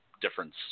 difference